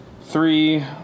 three